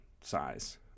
size